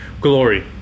Glory